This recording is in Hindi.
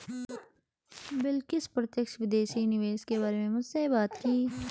बिलकिश प्रत्यक्ष विदेशी निवेश के बारे में मुझसे बात की